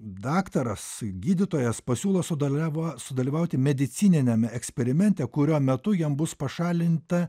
daktaras gydytojas pasiūlo sudalyvavo sudalyvauti medicininiame eksperimente kurio metu jam bus pašalinta